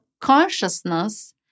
consciousness